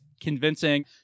convincing